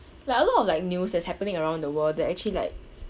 like a lot of like news that's happening around the world that actually like